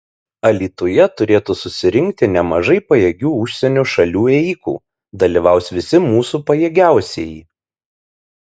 alytuje turėtų susirinkti nemažai pajėgių užsienio šalių ėjikų dalyvaus visi mūsų pajėgiausieji